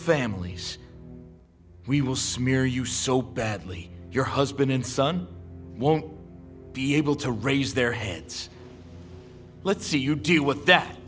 families we will smear you so badly your husband and son won't be able to raise their heads let's see you do what